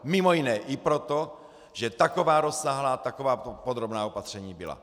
Mimo jiné i proto, že taková rozsáhlá, taková podrobná opatření byla.